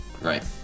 Right